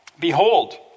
Behold